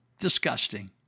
Disgusting